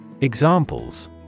Examples